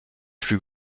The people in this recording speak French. plus